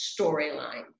storyline